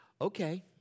okay